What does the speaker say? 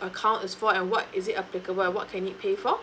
account is for and what is it applicable and what can it pay for